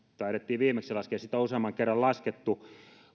taidettiin viimeksi laskea sitä on useamman kerran laskettu